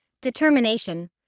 determination